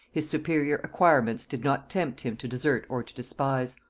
his superior acquirements did not tempt him to desert or to despise.